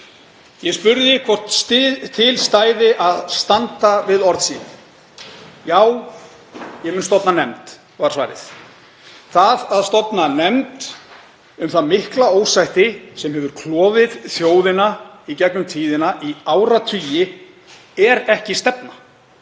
Ég spurði hvort til stæði að standa við orð sín. Já, ég mun stofna nefnd, var svarið. Það að stofna nefnd um það mikla ósætti sem hefur klofið þjóðina í gegnum tíðina, í áratugi, er ekki stefna.